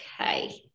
Okay